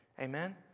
Amen